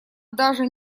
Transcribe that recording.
даже